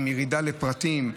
עם ירידה לפרטים.